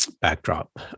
backdrop